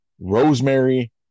Rosemary